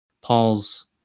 paul's